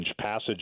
Passage